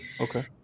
okay